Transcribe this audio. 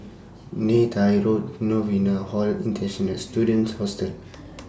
Neythai Road Novena Hall International Students Hostel